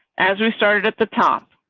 as we started at the top,